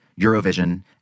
Eurovision